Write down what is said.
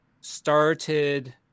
started